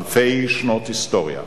אלפי שנות היסטוריה,